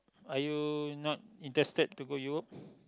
!aiyo! you not interested to go Europe